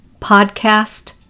Podcast